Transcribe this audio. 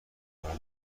قرار